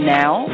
now